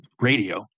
radio